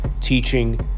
teaching